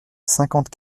cinquante